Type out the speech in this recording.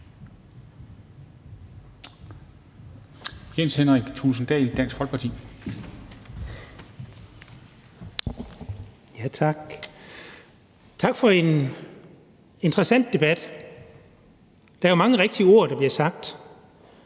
Jens Henrik Thulesen Dahl (DF): Tak, og tak for en interessant debat. Der er mange rigtige ord, der bliver sagt: